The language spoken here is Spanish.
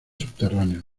subterráneos